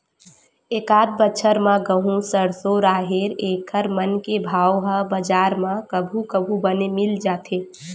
एकत बछर म गहूँ, सरसो, राहेर एखर मन के भाव ह बजार म कभू कभू बने मिल जाथे